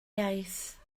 iaith